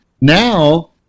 now